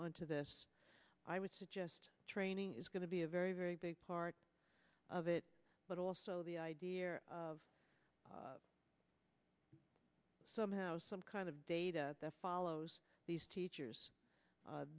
on to this i would suggest training is going to be a very very big part of it but also the idea of somehow some kind of data that follows these teachers